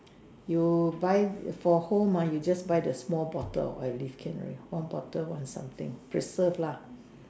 you buy for home ah you just buy the small bottle of Olive okay already one bottle one something preserved lah